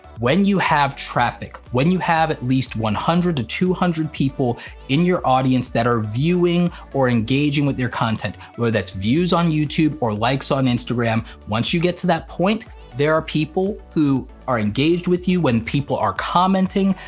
when you have traffic, when you have at least one hundred to two hundred people in your audience that are viewing or engaging with your content, whether that's views on youtube or likes on instagram, once you get to that point there are people who are engaged with you, when people are commenting,